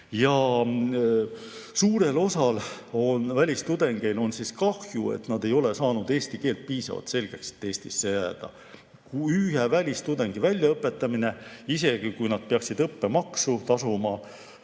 Suurel osal välistudengeist on kahju, et nad ei ole saanud eesti keelt piisavalt selgeks, et saaksid Eestisse jääda. Ühe välistudengi väljaõpetamine, isegi kui ta peaks õppemaksu tasuma